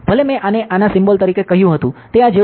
ભલે મેં આને આના સિમ્બોલ તરીકે કહ્યું હતું તે આ જેવું નથી